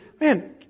Man